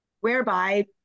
whereby